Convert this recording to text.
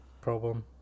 problem